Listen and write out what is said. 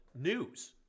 news